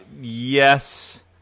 Yes